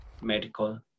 Medical